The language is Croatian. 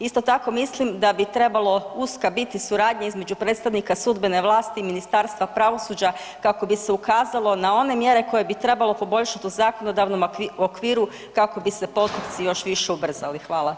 Isto tako mislim da bi trebalo uska biti suradnja između predstavnika sudbene vlasti i Ministarstva pravosuđa kako bi se ukazalo na one mjere koje bi trebalo poboljšati u zakonodavnom okviru kako bi se postupci još više ubrzali.